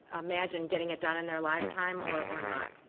imagine getting it done in their lifetime or or not.